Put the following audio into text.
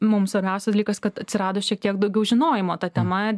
mum svarbiausias dalykas kad atsirado šiek tiek daugiau žinojimo ta tema